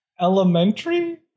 Elementary